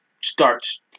starts